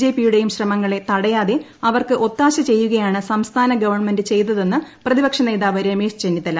ജെപ്പിയുടെയും ശ്രമങ്ങളെ തടയാതെ അവർക്ക് ഒത്താശ ച്ചെയ്യുകയാണ് സംസ്ഥാന ഗവൺമെന്റ് ചെയ്തതെന്ന് പ്രതിപക്ഷുന്തോവ് രമേശ് ചെന്നിത്തല